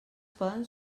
poden